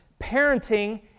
parenting